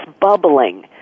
bubbling